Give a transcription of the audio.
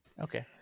okay